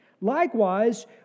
Likewise